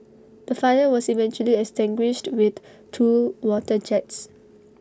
the fire was eventually extinguished with two water jets